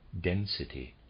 density